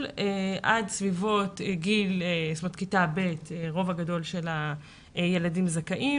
עד סביבות כיתה ב' הרוב הגדול של הילדים זכאים,